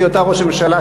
בהיותה ראש ממשלה,